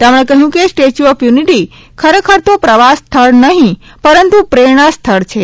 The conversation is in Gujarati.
તેમણે કહ્યું કે સ્ટેચ્યુ ઓફ યુનિટી ખરેખર તો પ્રવાસસ્થળ નહિં પણ પ્રેરણા સ્થળ છે